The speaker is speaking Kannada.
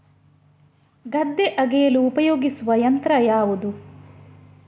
ಗದ್ದೆ ಅಗೆಯಲು ಉಪಯೋಗಿಸುವ ಯಂತ್ರ ಯಾವುದು?